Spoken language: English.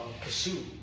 pursue